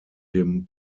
dem